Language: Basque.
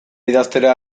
idaztera